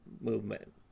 movement